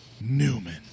Newman